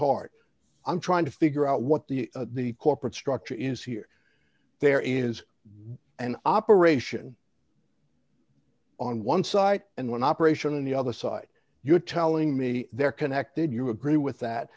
hard i'm trying to figure out what the the corporate structure is here there is an operation on one side and one operation on the other side you're telling me they're connected you agree with that